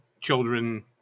children